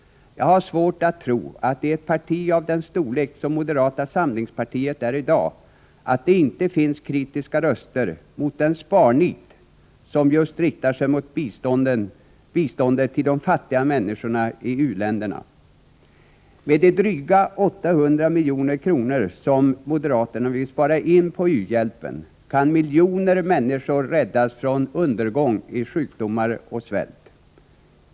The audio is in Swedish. Jag har svårt för att tro att det, i ett parti av den storlek som moderata samlingspartiet är i dag, inte finns kritiska röster mot det sparnit som just riktar sig mot biståndet till de fattiga människorna i u-länderna. Med de dryga 800 milj.kr. som moderaterna vill spara in på u-hjälpen kan miljoner människor räddas från undergång i sjukdomar och svält.